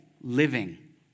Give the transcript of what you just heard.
living